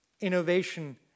innovation